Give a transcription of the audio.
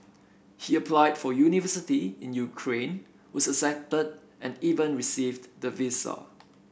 he applied for university in Ukraine was accepted and even received the visa